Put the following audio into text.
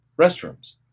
restrooms